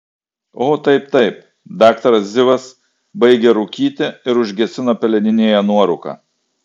o taip taip daktaras zivas baigė rūkyti ir užgesino peleninėje nuorūką